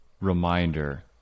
reminder